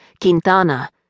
Quintana